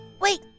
Wait